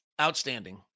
outstanding